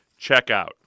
checkout